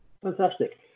Fantastic